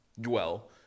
Dwell